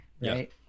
right